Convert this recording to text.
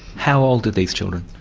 how old are these children?